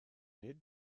nid